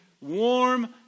warm